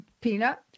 peanut